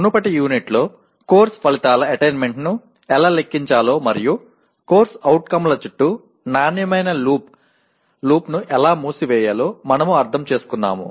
మునుపటి యూనిట్లో కోర్సు ఫలితాల అటైన్మెంట్ను ఎలా లెక్కించాలో మరియు CO ల చుట్టూ నాణ్యమైన లూప్ ను ఎలా మూసివేయాలో మనము అర్థం చేసుకున్నాము